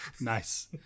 Nice